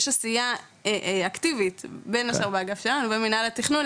יש עשייה אקטיבית בין השאר באגף שלנו במנהל התכנון,